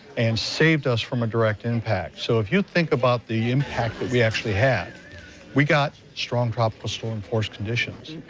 and saved us from a direct impact. so if you think about the impact that we actually have, and we got strong tropical storm force conditions.